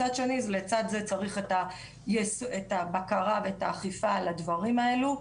מצד שני צריך לצד זה את הבקרה ואת האכיפה על הדברים האלו,